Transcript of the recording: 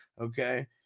okay